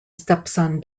stepson